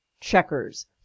checkers